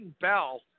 Bell